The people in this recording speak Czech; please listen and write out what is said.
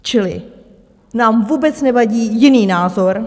Čili nám vůbec nevadí jiný názor.